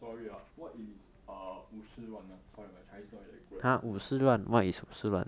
sorry ah what is err 五十万 ah sorry my chinese not very good ah